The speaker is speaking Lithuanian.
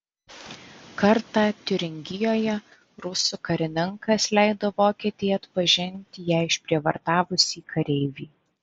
kartą tiuringijoje rusų karininkas leido vokietei atpažinti ją išprievartavusį kareivį